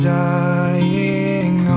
dying